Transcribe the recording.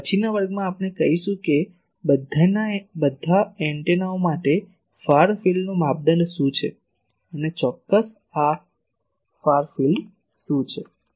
તેથી પછીના વર્ગમાં આપણે કહીશું કે બધા એન્ટેનાઓ માટે ફાર ફિલ્ડનું માપદંડ શું છે અને ચોક્કસ ફાર ફિલ્ડ શું છે